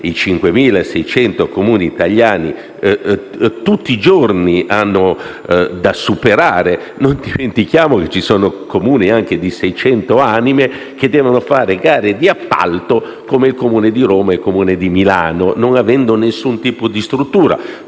piccoli Comuni italiani tutti i giorni devono superare. Non dimentichiamo che ci sono anche Comuni di 600 anime, che devono fare gare d'appalto come il Comune di Roma o di Milano, non avendo nessun tipo di struttura.